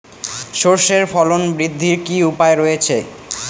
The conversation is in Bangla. সর্ষের ফলন বৃদ্ধির কি উপায় রয়েছে?